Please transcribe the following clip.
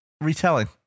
retelling